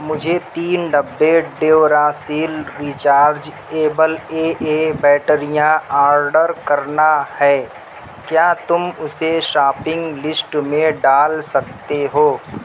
مجھے تین ڈبے Duracell rechargeable A A بیٹریاں آرڈر کرنا ہے کیا تم اُسے شاپنگ لسٹ میں ڈال سکتے ہو